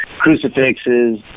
crucifixes